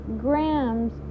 grams